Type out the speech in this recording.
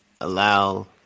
allow